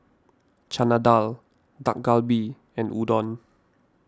Chana Dal Dak Galbi and Udon